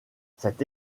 cette